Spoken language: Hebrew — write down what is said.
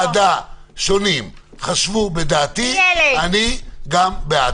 חברי ועדה שונים חשבו בדעתי, ואני גם בעד.